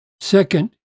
Second